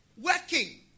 working